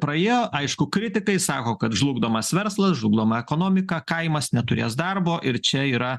praėjo aišku kritikai sako kad žlugdomas verslas žlugdoma ekonomika kaimas neturės darbo ir čia yra